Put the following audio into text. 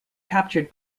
captured